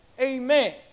Amen